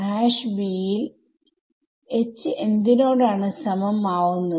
b യിൽ Hഎന്തിനോടാണ് സമം ആവുന്നത്